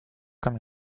comme